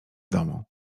domu